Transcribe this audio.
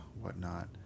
whatnot